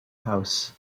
house